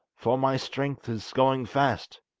for my strength is going fast